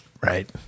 Right